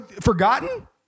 Forgotten